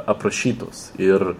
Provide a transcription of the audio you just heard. aprašytos ir